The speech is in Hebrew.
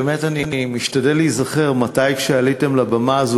באמת אני משתדל להיזכר מתי כשעליתם לבמה זו